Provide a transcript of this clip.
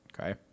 Okay